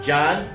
John